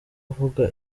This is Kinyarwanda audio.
avuga